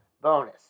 bonus